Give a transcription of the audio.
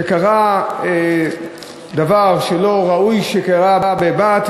שקרה דבר שלא ראוי שיקרה לבת,